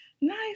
Nice